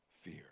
Fear